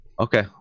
okay